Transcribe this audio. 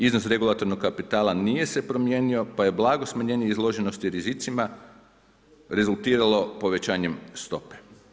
Iznos regulatornog kapitala nije se promijenio, pa je blago smanjenje izloženosti rizicima rezultiralo povećanjem stope.